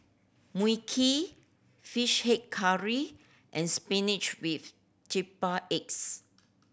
Mui Kee Fish Head Curry and spinach with triple eggs